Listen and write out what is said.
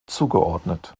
zugeordnet